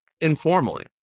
informally